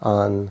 on